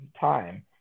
time